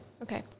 Okay